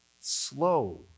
slow